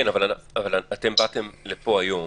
כן, אבל אתם באתם לפה היום,